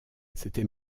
c’était